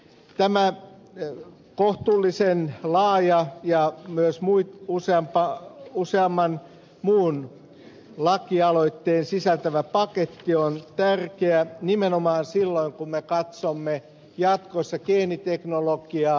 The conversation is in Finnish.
tämä kohtuullisen laaja ja myös useamman muun lakiesityksen sisältävä paketti on tärkeä nimenomaan silloin kun me katsomme jatkossa geeniteknologiaa